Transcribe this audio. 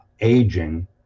aging